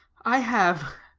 i have,